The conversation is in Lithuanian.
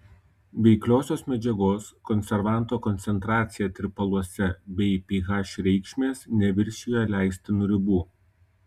veikliosios medžiagos konservanto koncentracija tirpaluose bei ph reikšmės neviršijo leistinų ribų